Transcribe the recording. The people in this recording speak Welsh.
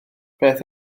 beth